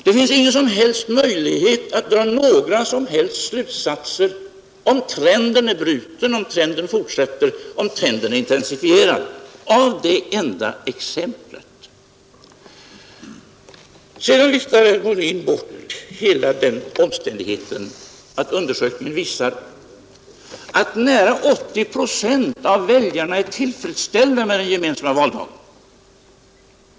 Det finns ingen som helst möjlighet att av det enda exemplet dra några slutsatser om att trenden är bruten, om att den fortsätter eller intensifieras. Sedan viftar herr Molin bort hela den omständigheten att undersökningen visar att nära 80 procent av väljarna är tillfredsställda med den gemensamma valdagen.